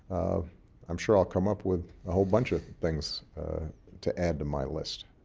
i'm sure i'll come up with a whole bunch of things to add to my list.